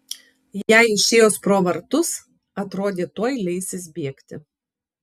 jai išėjus pro vartus atrodė tuoj leisis bėgti